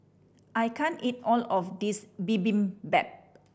I can't eat all of this Bibimbap